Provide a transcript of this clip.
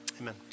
Amen